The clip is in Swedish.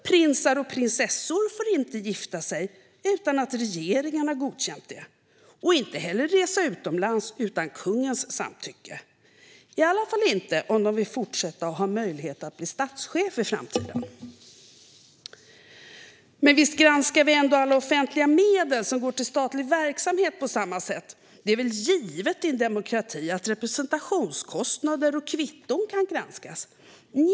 Prinsar och prinsessor får inte gifta sig utan att regeringen har godkänt det och inte heller resa utomlands utan kungens samtycke - i alla fall inte om de vill fortsätta att ha möjlighet att bli statschef i framtiden. Men visst granskar vi ändå alla offentliga medel som går till statlig verksamhet på samma sätt? Det är väl givet i en demokrati att representationskostnader och kvitton kan granskas?